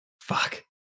Fuck